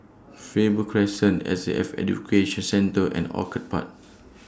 Faber Crescent S A F Education Centre and Orchid Park